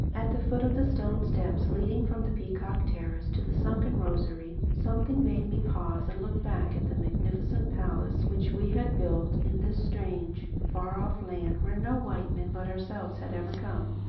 at the foot of the stone steps leading from the peacock terrace to the sunken rosary, something made me pause and look back at the magnificent palace which we had built in this strange, far-off land where no white men but ourselves had ever come.